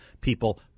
people